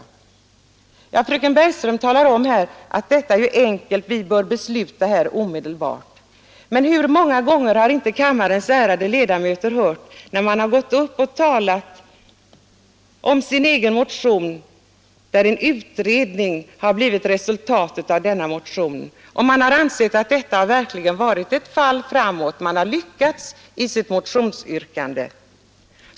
Fröken Bergström talar om att detta är enkelt vi bör besluta omedelbart. Men hur många gånger har inte kammarens ärade ledamöter upplevt att man gått upp och talat om sin egen motion, som givit till resultat att en utredning skall tillsättas, och ansett att detta varit ett verkligt fall framåt man har lyckats med sitt motionsyrkande.